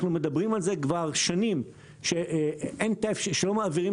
אנחנו מדברים כבר שנים על כך שלא מעבירים